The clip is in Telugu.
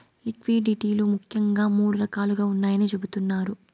లిక్విడిటీ లు ముఖ్యంగా మూడు రకాలుగా ఉన్నాయని చెబుతున్నారు